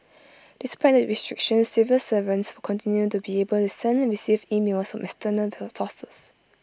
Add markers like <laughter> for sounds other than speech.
<noise> despite the restrictions civil servants will continue to be able to send and receive emails from external sources